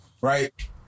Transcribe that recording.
right